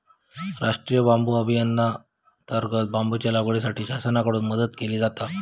राष्टीय बांबू अभियानांतर्गत बांबूच्या लागवडीसाठी शासनाकडून मदत केली जाता